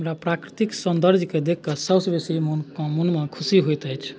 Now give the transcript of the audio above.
हमरा प्राकृतिक सौन्दर्यकेँ देखिके सभसँ बेसी मोन मोनमे खुशी होइत अछि